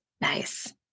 Nice